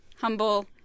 humble